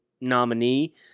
nominee